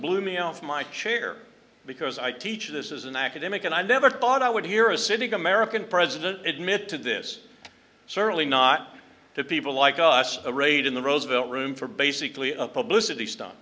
blew me off my chair because i teach this as an academic and i never thought i would hear a sitting american president admit to this certainly not to people like us the raid in the roosevelt room for basically a publicity stunt